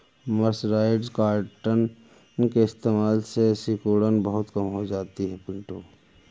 mercerised cotton के इस्तेमाल से सिकुड़न बहुत कम हो जाती है पिंटू